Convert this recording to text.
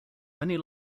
many